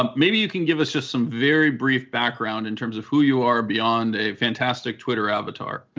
um maybe you can give us just some very brief background in terms of who you are beyond a fantastic twitter avatar. and